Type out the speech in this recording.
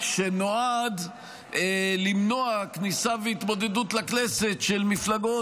שנועד למנוע כניסה והתמודדות לכנסת של מפלגות